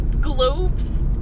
globes